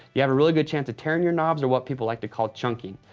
you have a really good chance of tearing your knobs or what people like to call chunking.